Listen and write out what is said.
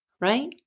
Right